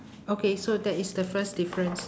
okay so that is the first difference